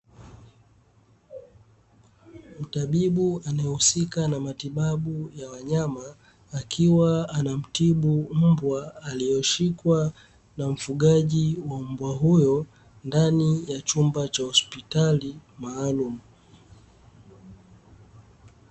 Tabibu anayehusika na matibabu ya wanyama akiwa anamtibu mbwa aliyeshikwa na mfugaji wa mbwa huyo, ndani ya chumba cha hospitali maalumu.